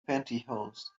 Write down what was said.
pantyhose